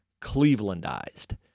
Clevelandized